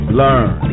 learn